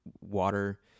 water